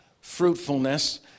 fruitfulness